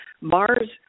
Mars